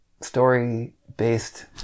story-based